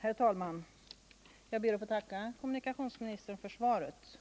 Herr talman! Jag ber att få tacka kommunikationsministern för svaret.